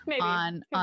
on